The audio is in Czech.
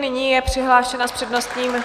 Nyní je přihlášena s přednostním